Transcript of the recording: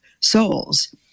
souls